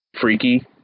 Freaky